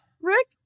Rick